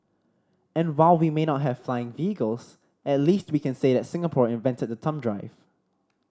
and while we may not have flying vehicles at least we can say that Singapore invented the thumb drive